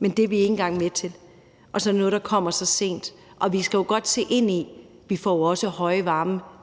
men det er vi ikke engang med til. Og så er det noget, der kommer så sent, for vi kan jo se ind i, at vi også får høje